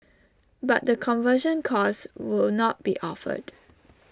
but the conversion course will not be offered